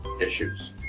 issues